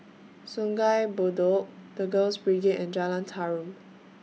Sungei Bedok The Girls Brigade and Jalan Tarum